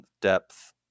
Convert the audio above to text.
depth